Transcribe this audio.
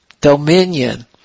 Dominion